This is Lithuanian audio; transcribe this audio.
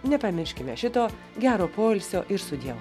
nepamirškime šito gero poilsio ir sudieu